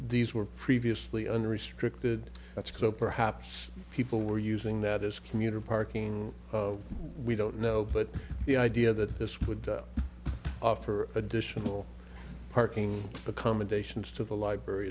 these were previously unrestricted let's go perhaps people were using that as commuter parking we don't know but the idea that this would offer additional parking accommodations to the library